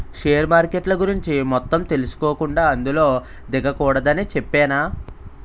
share మార్కెట్ల గురించి మొత్తం తెలుసుకోకుండా అందులో దిగకూడదని చెప్పేనా